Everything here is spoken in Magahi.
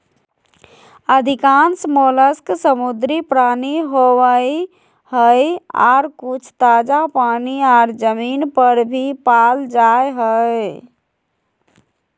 अधिकांश मोलस्क समुद्री प्राणी होवई हई, आर कुछ ताजा पानी आर जमीन पर भी पाल जा हई